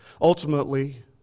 Ultimately